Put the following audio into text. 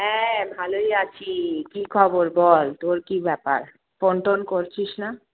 হ্যাঁ ভালোই আছি কী খবর বল তোর কী ব্যাপার ফোন টোন করছিস না